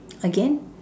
again